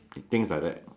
things like that